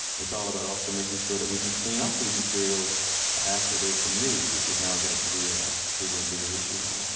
it's all about also making sure that we can clean up these materials after they've been used, which is now getting to be a bigger and bigger issue all the time.